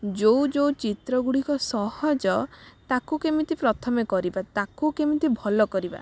ଯେଉଁ ଯେଉଁ ଚିତ୍ର ଗୁଡ଼ିକ ସହଜ ତାକୁ କେମିତି ପ୍ରଥମେ କରିବା ତାକୁ କେମିତି ଭଲ କରିବା